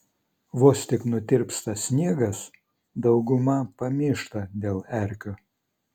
vos tik nutirpsta sniegas dauguma pamyšta dėl erkių